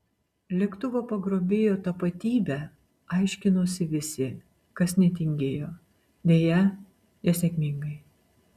lėktuvo pagrobėjo tapatybę aiškinosi visi kas netingėjo deja nesėkmingai